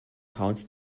pounds